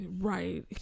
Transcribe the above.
right